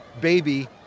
baby